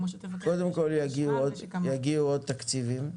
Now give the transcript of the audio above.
קודם כל, יגיעו עוד תקציבים.